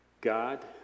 God